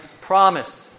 promise